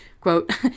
quote